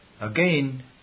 Again